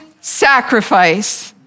sacrifice